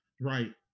Right